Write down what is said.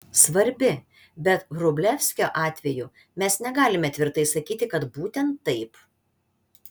svarbi bet vrublevskio atveju mes negalime tvirtai sakyti kad būtent taip